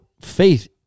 faith